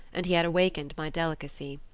and he had awakened my delicacy.